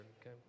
okay